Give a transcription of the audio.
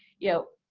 you know,